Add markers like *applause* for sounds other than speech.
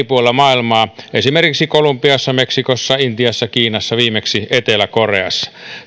*unintelligible* puolilla maailmaa esimerkiksi kolumbiassa meksikossa intiassa kiinassa viimeksi etelä koreassa